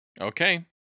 Okay